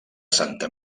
santa